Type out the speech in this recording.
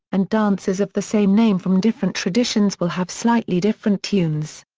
and dances of the same name from different traditions will have slightly different tunes.